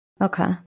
okay